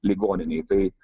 ligoninėj tai